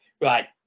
Right